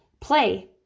Play